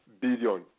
billion